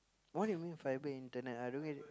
what do you mean fibre internet I don't get it